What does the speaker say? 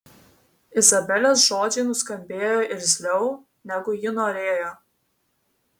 izabelės žodžiai nuskambėjo irzliau negu ji norėjo